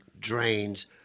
drains